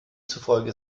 zufolge